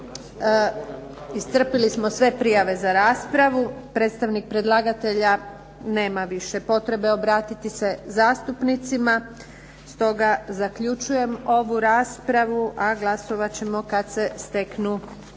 Iscrpili smo sve prijave za raspravu. Predstavnik predlagatelja nema više potrebe obratiti se zastupnicima stoga zaključujem ovu raspravu, a glasovat ćemo kad se steknu